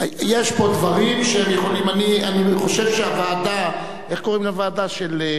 אני חושב שהוועדה, איך קוראים לוועדה של?